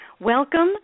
Welcome